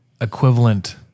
equivalent